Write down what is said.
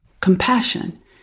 compassion